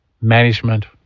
management